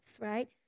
right